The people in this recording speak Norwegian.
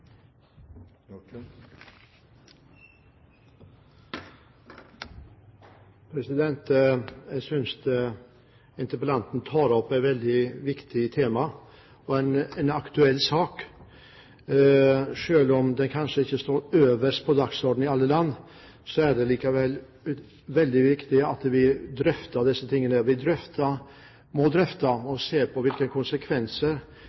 Jeg synes interpellanten tar opp et veldig viktig tema og en aktuell sak. Selv om den kanskje ikke står øverst på dagsordenen i alle land, er det likevel veldig viktig at vi drøfter dette. Vi må drøfte